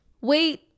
wait